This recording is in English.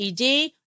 ED